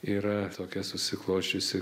yra tokia susiklosčiusi